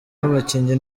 w’abakinnyi